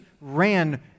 ran